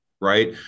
right